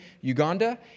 Uganda